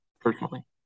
personally